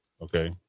Okay